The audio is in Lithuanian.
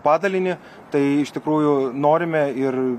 padalinį tai iš tikrųjų norime ir